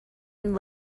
and